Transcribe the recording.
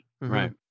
Right